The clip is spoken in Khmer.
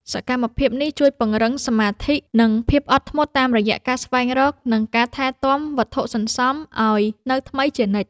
សកម្មភាពនេះជួយពង្រឹងសមាធិ និងភាពអត់ធ្មត់តាមរយៈការស្វែងរក និងការថែទាំវត្ថុសន្សំឱ្យនៅថ្មីជានិច្ច។